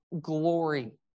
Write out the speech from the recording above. glory